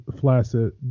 flaccid